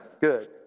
Good